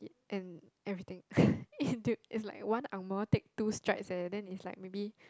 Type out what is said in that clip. and everything into it's like one angmoh take two strides eh then is like maybe